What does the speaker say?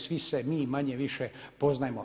Svi se mi manje-više poznajemo.